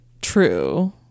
true